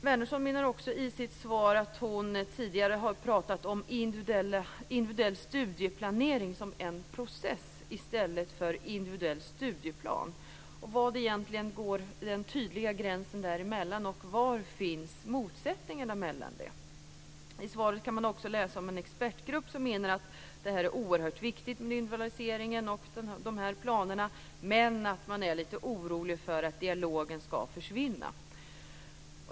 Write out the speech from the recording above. Wärnersson menar också i sitt svar att hon tidigare har pratat om individuell studieplanering som en process i stället för individuell studieplan. Var går egentligen den tydliga gränsen och var finns motsättningen däremellan? I svaret kan man också läsa om en expertgrupp som menar att det är oerhört viktigt med individualiseringen och de här planerna men att man är lite orolig för att dialogen ska försvinna.